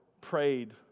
prayed